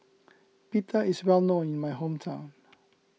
Pita is well known in my hometown